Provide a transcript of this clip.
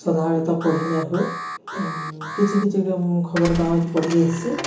ସଧାବେଳେ ତ ପଢ଼ି ନେ ହୁଏ କିଛି କିଛି ଖବର କାଗଜ ପଢ଼ି ଆସି